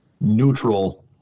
neutral